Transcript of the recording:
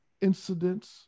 incidents